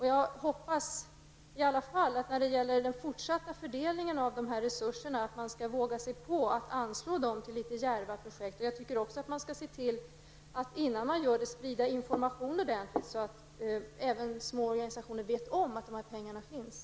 Jag hoppas i alla händelser att man när det gäller den fortsatta fördelningen av dessa resurser skall våga sig på att anslå dem till litet djärva projekt. Jag tycker också att man dessförinnan skall sprida information ordentligt, så att även små organisationer vet om att dessa pengar finns.